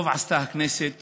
טוב עשתה הכנסת